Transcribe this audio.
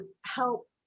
help